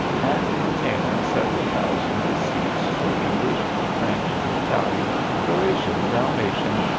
and containing several thousand receipts for english, french, italian, croatian, dalmatian,